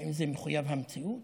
האם זה מחויב המציאות?